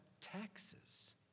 taxes